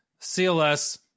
CLS